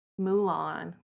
Mulan